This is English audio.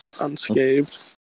unscathed